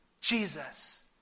Jesus